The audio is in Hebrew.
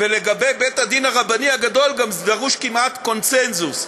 ולגבי בית-הדין הרבני הגדול דרוש כמעט קונסנזוס.